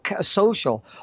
social